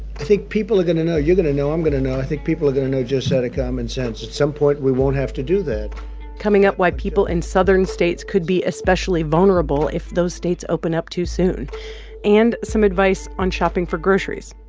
think people are going to know you're going to know i'm going to know i think people are going to know just so out of common sense. at some point, we won't have to do that coming up why people in southern states could be especially vulnerable if those states open up too soon and some advice on shopping for groceries,